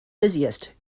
busiest